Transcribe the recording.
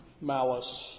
malice